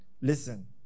Listen